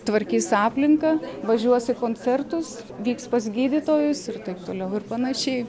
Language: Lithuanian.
tvarkys aplinką važiuos į koncertus vyks pas gydytojus ir taip toliau ir panašiai